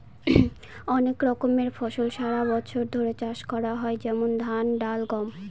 অনেক রকমের ফসল সারা বছর ধরে চাষ করা হয় যেমন ধান, ডাল, গম